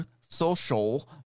Social